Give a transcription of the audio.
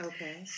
Okay